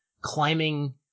climbing